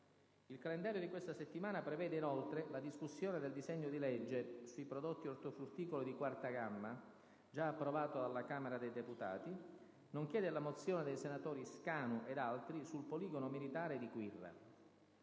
Il calendario di questa settimana prevede, inoltre, la discussione del disegno di legge sui prodotti ortofrutticoli di quarta gamma, già approvato alla Camera dei deputati, nonché della mozione dei senatori Scanu ed altri sul poligono militare di Quirra.